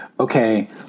Okay